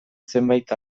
zenbait